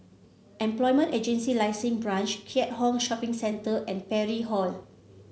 Employment Agency Licensing Branch Keat Hong Shopping Centre and Parry Hall